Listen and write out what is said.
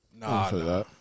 Nah